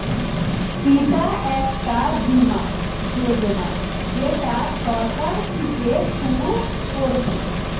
এটা একটা বীমা যোজনা যেটা সরকার থিকে শুরু করছে